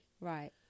right